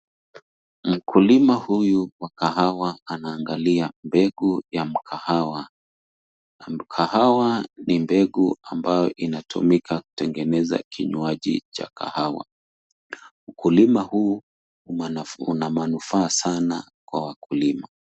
Mkulima huyu wa kahawa anaangalia mbegu ya mkahawa. Mkahawa ni mbegu ambao inatumika kutengeneza kinywaji cha kahawa. Ukulima huu una manufaa sana kwa wakulima.